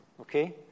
okay